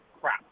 crap